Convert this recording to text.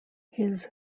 his